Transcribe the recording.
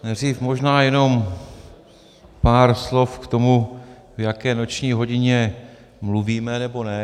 Nejdřív možná jenom pár slov k tomu, v jaké noční hodině mluvíme nebo ne.